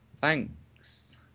Thanks